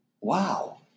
Wow